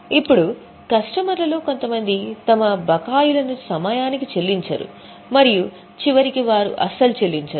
ఇప్పుడు కస్టమర్లలో కొంతమంది తమ బకాయిలను సమయానికి చెల్లించరు మరియు చివరికి వారు అస్సలు చెల్లించరు